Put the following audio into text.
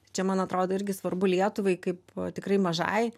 čia man atrodo irgi svarbu lietuvai kaip tikrai mažai